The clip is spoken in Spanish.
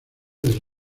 del